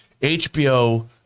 HBO